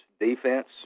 defense